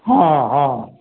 हॅं हॅं